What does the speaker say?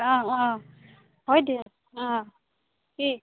অঁ অঁ হয় দেই অঁ কি